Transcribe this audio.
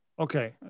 Okay